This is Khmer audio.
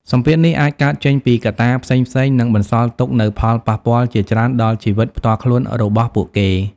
សម្ពាធនេះអាចកើតចេញពីកត្តាផ្សេងៗ និងបន្សល់ទុកនូវផលប៉ះពាល់ជាច្រើនដល់ជីវិតផ្ទាល់ខ្លួនរបស់ពួកគេ ។